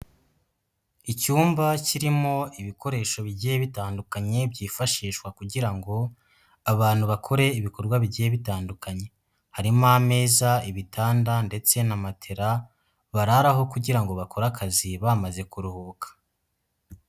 Icyumba kirimo ibikoresho bigiye bitandukanye byifashishwa kugira ngo abantu bakore ibikorwa bigiye bitandukanye. Harimo ameza, ibitanda ndetse na matera bararaho kugira ngo bakore akazi bamaze kuruhuka.